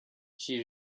she